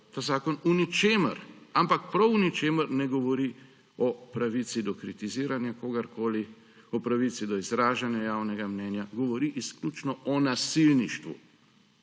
Ta zakon v ničemer, ampak prav v ničemer ne govori o pravici do kritiziranja kogarkoli, o pravici do izražanja javnega mnenja. Govori izključno o nasilništvu